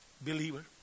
Believer